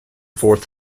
forth